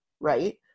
right